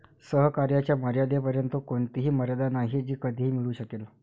सहकार्याच्या मर्यादेपर्यंत कोणतीही मर्यादा नाही जी कधीही मिळू शकेल